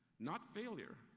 not failure,